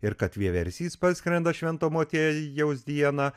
ir kad vieversys parskrenda švento motiejaus dieną